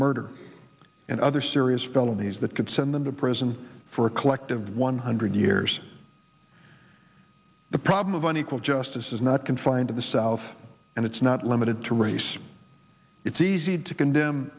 murder and other serious felonies that could send them to prison for a collective one hundred years the problem of unequal justice is not confined to the south and it's not limited to race it's easy to condemn